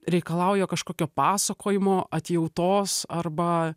reikalauja kažkokio pasakojimo atjautos arba